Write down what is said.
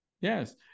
yes